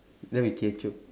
then we kecho